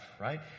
right